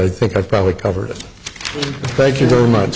i think i probably covered it thank you very much